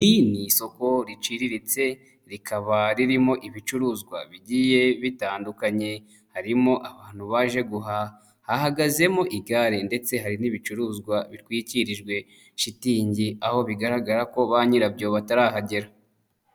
Iri ni isoko riciriritse, rikaba ririmo ibicuruzwa bigiye bitandukanye, harimo abantu baje guhaha, hahagazemo igare ndetse hari n'ibicuruzwa bitwikirijwe shitingi, aho bigaragara ko ba nyirabyo batarahagera.